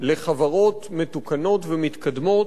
לחברות מתוקנות ומתקדמות,